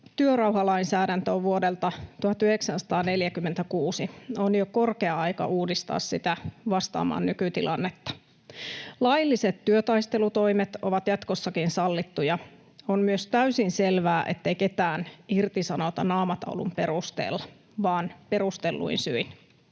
työrauhalainsäädäntö on vuodelta 1946. On jo korkea aika uudistaa sitä vastaamaan nykytilannetta. Lailliset työtaistelutoimet ovat jatkossakin sallittuja. On myös täysin selvää, ettei ketään irtisanota naamataulun perusteella, vaan perustelluin syin.